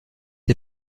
est